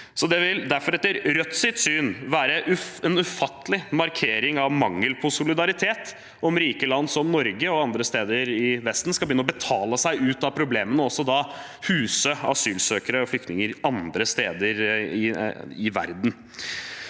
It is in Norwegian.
Det vil derfor, etter Rødts syn, være en ufattelig markering av mangel på solidaritet om rike land som Norge og andre steder i Vesten skal begynne å betale seg ut av problemene og huse asylsøkere og flyktninger andre steder i verden.